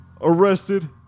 Arrested